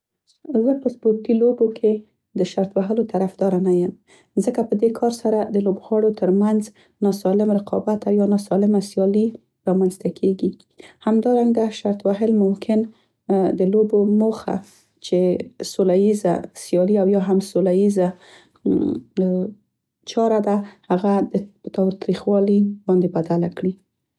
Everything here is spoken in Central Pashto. زه په سپورتي لوبو کې د شرط وهلو طرفداره نه یم، ځکه په دې کار سره د لوبغاړو تر منځ ناسالم رقابت او یوه ناسالمه سیالي رامنځته کیګي. همدرانګه شرط وهل ممکن هغه د لوبو موخه چې سوله یزه سیالي او یا هم سوله ییزه چاره ده، په تاوتریخوالي باندې بدله کړي.